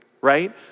right